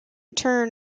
turn